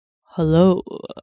Hello